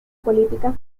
políticas